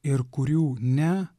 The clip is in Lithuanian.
ir kurių ne